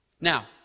Now